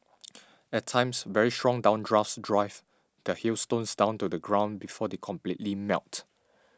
at times very strong downdrafts drive the hailstones down to the ground before they completely melt